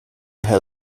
herr